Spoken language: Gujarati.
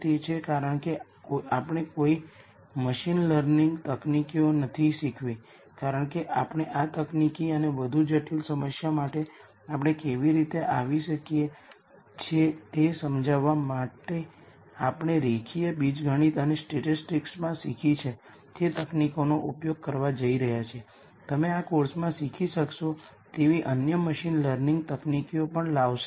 તેથી પોલિનોમીઅલ ઓરિજિનલ પોલિનોમીઅલનું આઇગન વૅલ્યુ λ₁ છે બે વખત પુનરાવર્તિત થયું છે અને પછી ત્યાં બીજી n 2 ઓર્ડરનો પોલિનોમીઅલ છે જે તમને n 2 અન્ય ઉકેલો આપશે